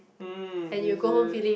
hmm is it